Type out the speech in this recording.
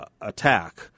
attack